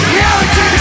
Reality